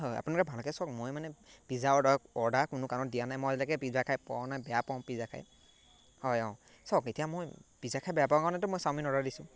হয় আপোনালোকে ভালকৈ চাওক মই মানে পিজ্জা অৰ্ডাৰ অৰ্ডাৰ কোনো কাৰণত দিয়া নাই মই আজিলৈকে পিজ্জা খাই পোৱা নাই বেয়া পাওঁ পিজ্জা খাই হয় অঁ চাওক এতিয়া মই পিজ্জা খাই বেয়া পাওঁ কাৰণেটো মই চাওমিন অৰ্ডাৰ দিছোঁ